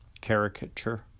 Caricature